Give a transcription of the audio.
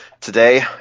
today